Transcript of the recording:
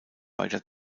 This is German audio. weiter